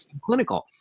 clinical